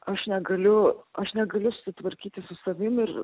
aš negaliu aš negaliu susitvarkyti su savimi ir